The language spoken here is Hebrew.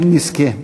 כן נזכה.